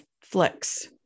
flex